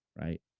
right